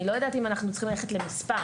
אני לא יודעת אם אנחנו צריכים ללכת למספר,